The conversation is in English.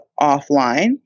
offline